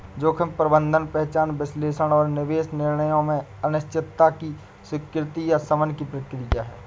जोखिम प्रबंधन पहचान विश्लेषण और निवेश निर्णयों में अनिश्चितता की स्वीकृति या शमन की प्रक्रिया है